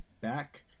back